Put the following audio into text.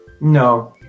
No